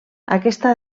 aquesta